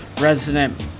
resident